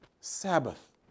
Sabbath